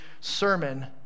sermon